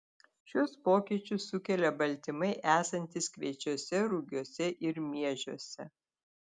šiuos pokyčius sukelia baltymai esantys kviečiuose rugiuose ir miežiuose